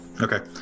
Okay